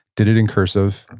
did it in cursive,